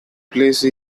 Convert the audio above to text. place